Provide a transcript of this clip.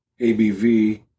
ABV